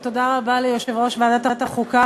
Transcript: ותודה רבה ליושב-ראש ועדת החוקה,